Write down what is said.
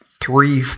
three